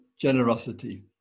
generosity